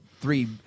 three